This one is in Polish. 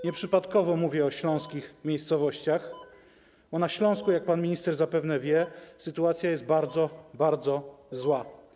Nieprzypadkowo mówię o śląskich miejscowościach, bo na Śląsku, jak pan minister zapewne wie, sytuacja jest bardzo, bardzo zła.